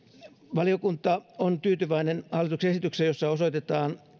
valiokunta on tyytyväinen hallituksen esitykseen jossa osoitetaan